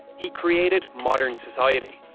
he created modern society.